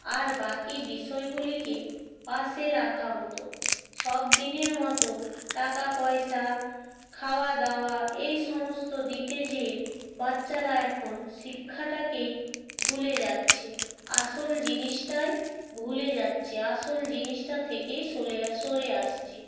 আর বাকি বিষয়গুলিকে পাশে রাখা হত সব দিনের মতো টাকা পয়সা খাওয়া দাওয়া এই সমস্ত দিতে যেয়ে বাচ্চারা এখন শিক্ষাটাকেই ভুলে যাচ্ছে আসল জিনিসটাই ভুলে যাচ্ছে আসল জিনিসটা থেকে সোলে সরে আসছে